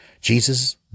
Jesus